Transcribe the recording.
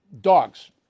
Dogs